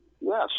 Yes